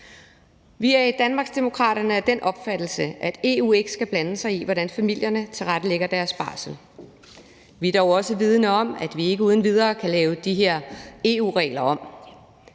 Vi er i Danmarksdemokraterne af den opfattelse, at EU ikke skal blande sig i, hvordan familierne tilrettelægger deres barsel, men vi er dog også vidende om, at vi ikke uden videre kan lave de her EU-regler om.